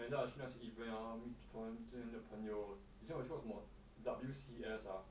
and then I 去那些 events hor which 突然间的朋友以前我去过那个什么 W_C_S ah